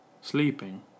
sleeping